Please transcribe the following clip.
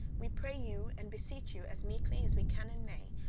we pray you and beseech you as meekly as we can and may,